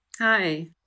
hi